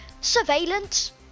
Surveillance